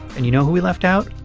and you know who we left out?